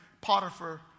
Potiphar